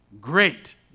Great